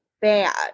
bad